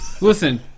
Listen